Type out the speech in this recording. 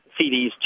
CDs